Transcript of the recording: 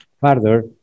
further